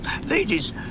Ladies